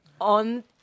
on